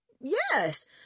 Yes